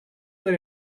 that